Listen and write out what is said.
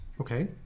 okay